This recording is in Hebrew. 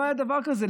לא היה דבר כזה.